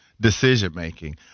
decision-making